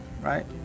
Right